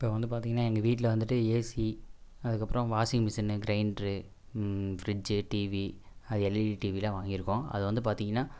இப்போ வந்து பார்த்தீங்கன்னா எங்கள் வீட்டில் வந்துட்டு ஏசி அதுக்கப்புறம் வாஷிங்மிஷினு கிரைண்ட்ரு ஃப்ரிட்ஜ்ஜி டிவி அது எல்இடி டிவியெல்லாம் வாங்கிருக்கோம் அது வந்து பார்த்தீங்கன்னா